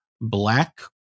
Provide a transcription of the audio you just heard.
black